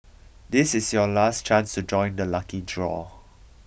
this is your last chance to join the lucky draw